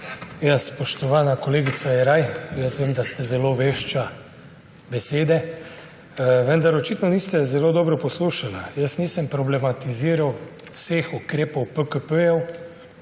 Spoštovana kolegica Jeraj! Vem, da ste zelo vešči besede, vendar očitno niste zelo dobro poslušali. Jaz nisem problematiziral vseh ukrepov PKP,